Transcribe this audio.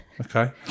Okay